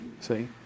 see